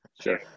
Sure